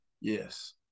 Yes